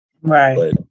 Right